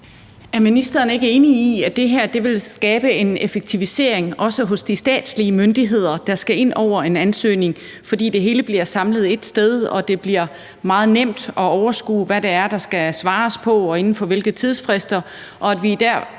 Er ministeren ikke enig i, at det her vil skabe en effektivisering også hos de statslige myndigheder, der skal ind over en ansøgning, fordi det hele bliver samlet ét sted og det bliver meget nemt at overskue, hvad det er, der skal svares på og inden for hvilke tidsfrister,